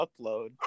upload